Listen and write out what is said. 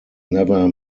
never